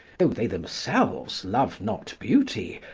though they themselves love not beauty,